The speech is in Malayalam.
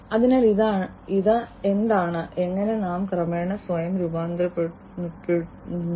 അതിനാൽ ഇതാണ് എന്താണ് എങ്ങനെ നാം ക്രമേണ സ്വയം രൂപാന്തരപ്പെടുന്നു